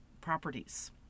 properties